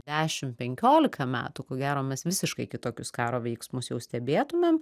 dešim penkiolika metų ko gero mes visiškai kitokius karo veiksmus jau stebėtumėm